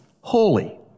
holy